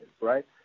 right